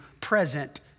present